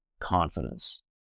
confidence